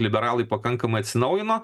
liberalai pakankamai atsinaujino